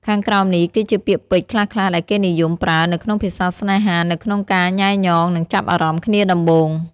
ខាងក្រោមនេះគឺជាពាក្យពេចន៍ខ្លះៗដែលគេនិយមប្រើនៅក្នុងភាសាស្នេហា នៅក្នុងការញ៉ែញ៉ង និងចាប់អារម្មណ៍គ្នាដំបូង។